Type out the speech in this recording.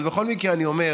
אבל בכל מקרה, אני אומר